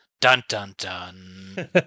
Dun-dun-dun